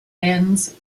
ends